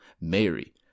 Mary